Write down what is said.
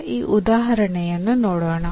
ಈಗ ಈ ಉದಾಹರಣೆಯನ್ನು ನೋಡೋಣ